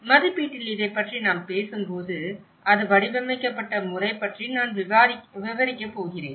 மதிப்பீட்டில் இதை பற்றி நாம் பேசும்போது அது வடிவமைக்கப்பட்ட முறை பற்றி நான் விவரிக்கப் போகிறேன்